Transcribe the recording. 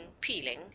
peeling